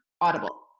Audible